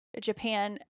japan